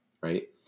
right